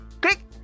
Click